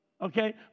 okay